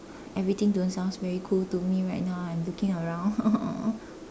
everything don't sound very cool to me right now I am looking around